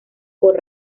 por